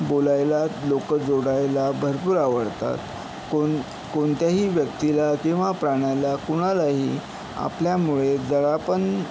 बोलायला लोकं जोडायला भरपूर आवडतात कोण कोणत्याही व्यक्तीला किंवा प्राण्याला कुणालाही आपल्यामुळे जरा पण